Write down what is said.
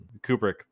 Kubrick